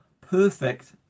perfect